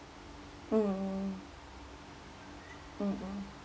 mm mm